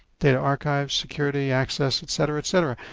data archive, security, access, etc, etc.